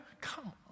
Come